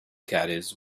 caddies